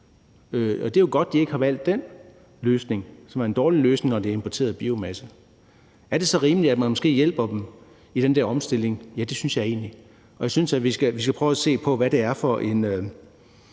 det er jo godt, at de ikke har valgt den løsning, som er en dårlig løsning, når det er importeret biomasse. Er det så rimeligt, at man måske hjælper dem i den der omstilling? Ja, det synes jeg egentlig, og jeg synes, vi skal prøve at se på, hvad det er for en